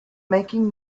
making